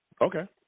Okay